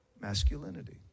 Masculinity